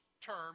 term